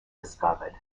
discovered